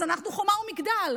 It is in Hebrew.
אז אנחנו חומה ומגדל,